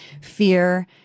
fear